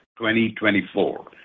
2024